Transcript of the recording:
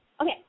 Okay